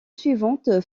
suivantes